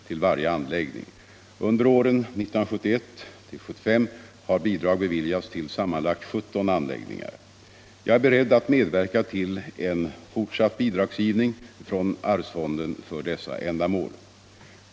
till varje anläggning. Under åren 1971-1975 har bidrag beviljats till sammanlagt 17 anläggningar. Jag är beredd att medverka till en fortsatt bidragsgivning från arvsfonden för dessa ändamål.